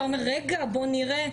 אתה אומר: רגע, בואו נראה.